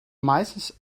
meistens